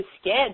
scared